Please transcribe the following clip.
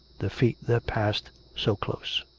the feet that passed so close.